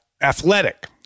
Athletic